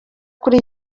kuri